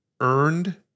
earned